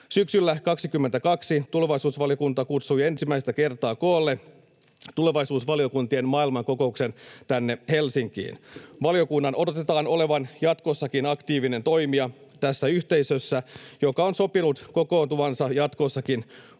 Syksyllä 22 tulevaisuusvaliokunta kutsui ensimmäistä kertaa koolle tulevaisuusvaliokuntien maailmankokouksen tänne Helsinkiin. Valiokunnan odotetaan olevan jatkossakin aktiivinen toimija tässä yhteisössä, joka on sopinut kokoontuvansa jatkossakin vuosittain.